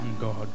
God